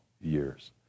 years